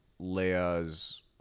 Leia's